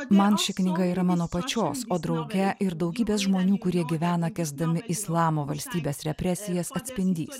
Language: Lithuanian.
man ši knyga yra mano pačios o drauge ir daugybės žmonių kurie gyvena kęsdami islamo valstybės represijas atspindys